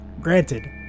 Granted